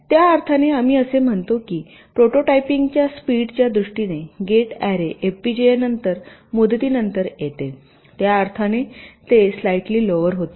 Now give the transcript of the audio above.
त्या अर्थाने आम्ही असे म्हणतो की प्रोटोटाइपिंगच्या स्पीड च्या दृष्टीने गेट अॅरे एफपीजीए नंतर मुदतीनंतर येते त्या अर्थाने ते स्लाइटली स्लोवर होते